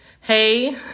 Hey